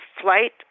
flight